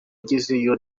agezeyo